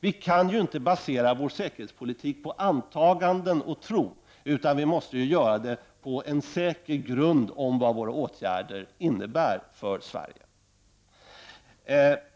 Vi kan ju inte basera vår säkerhetspolitik på antaganden och tro, utan vi måste ju göra det på en säker grund om vad våra åtgärder innebär för Sverige.